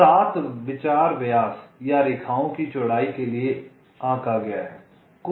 7 विचार व्यास या रेखाओं की चौड़ाई के लिए आंका गया है